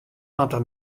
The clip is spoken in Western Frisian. moatte